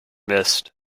mist